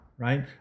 right